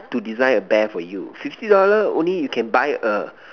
to design a bear for you fifty dollar only you can buy a